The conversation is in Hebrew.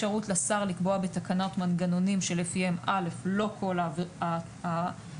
אפשרות לשר לקבוע מנגנונים שלפיהם לא כל ההוראות